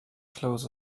close